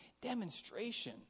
demonstration